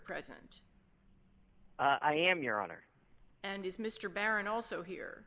present i am your honor and is mr barron also here